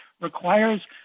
requires